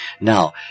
Now